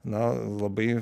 na labai